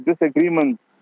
disagreements